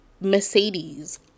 Mercedes